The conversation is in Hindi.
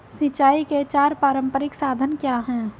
सिंचाई के चार पारंपरिक साधन क्या हैं?